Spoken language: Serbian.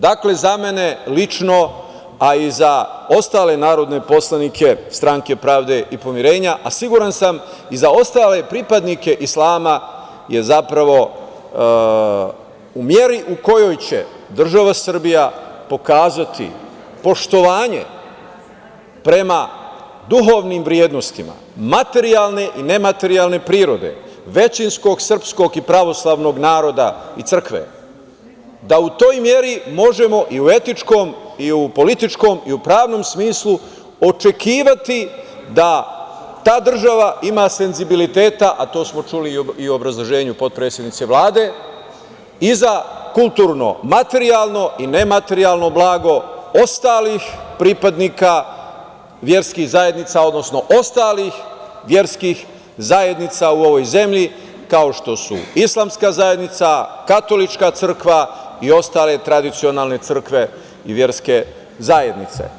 Dakle, za mene lično, a i za ostale narodne poslanike Stranke pravde i pomirenja, a siguran sam i za ostale pripadnike islama je u meri u kojoj će država Srbija pokazati poštovanje prema duhovnim vrednostima, materijalne i ne materijalne prirode većinskog srpskog i pravoslavnog naroda i crkve, da u toj meri možemo i u etičkom i u političkom i u pravnom smislu očekivati da ta država ima senzibiliteta, a to smo čuli i u obrazloženju potpredsednice Vlade, i za kulturno materijalno i ne materijalno blago ostalih pripadnika verskih zajednica, odnosno ostalih verskih zajednica u ovoj zemlji, kao što su islamska zajednica, katolička crkva i ostale tradicionalne crkve i verske zajednice.